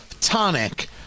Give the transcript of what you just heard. tonic